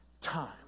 time